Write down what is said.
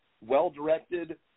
well-directed